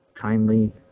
kindly